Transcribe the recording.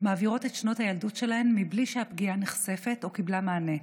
מעבירות את שנות הילדות שלהן בלי שהפגיעה נחשפת או קיבלה מענה.